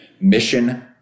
Mission